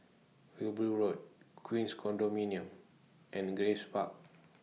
Wilby Road Queens Condominium and Grace Park